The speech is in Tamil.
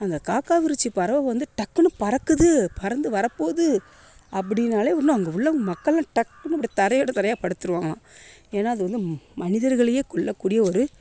அந்த காக்காவிருட்சி பறவை வந்து டக்குனு பறக்குது பறந்து வரப்போகுது அப்படினாலே இன்னும் அங்கே உள்ள மக்கள் எல்லாம் டக்குனு தரையோட தரையாக படுத்துடுவாங்களாம் ஏன்னா அது வந்து மனிதர்களையே கொள்ளக்கூடிய ஒரு